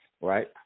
right